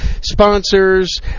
sponsors